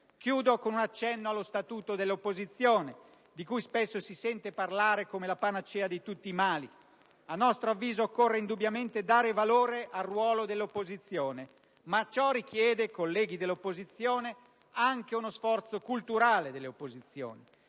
Chiudo con un accenno allo Statuto dell'opposizione, di cui spesso si sente parlare come la panacea di tutti i mali. A nostro avviso occorre indubbiamente dare valore al ruolo dell'opposizione, ma ciò richiede - e mi rivolgo ai colleghi dell'opposizione - anche uno sforzo culturale delle opposizioni.